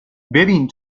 ببین